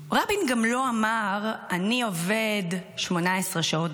רבין גם לא אמר: אני עובד 18 שעות